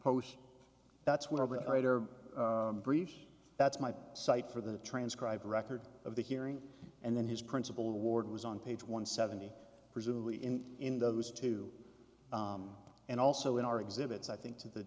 post that's one of the writer briefs that's my cite for the transcribed record of the hearing and then his principal ward was on page one seventy presumably in in those two and also in our exhibits i think to the